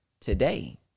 today